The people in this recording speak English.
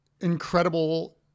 incredible